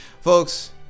Folks